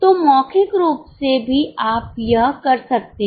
तो मौखिक रूप से भी आप यह कर सकते हैं